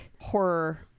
horror